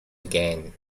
again